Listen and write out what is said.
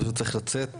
אני פשוט צריך לצאת,